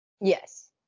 Yes